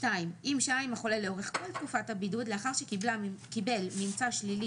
אם שהה עם החולה לאורך כל תקופת הבידוד לאחר שקיבל ממצא שלילי